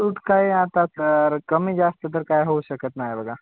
सूट काय आता सर कमी जास्त तर काय होऊ शकत नाही बघा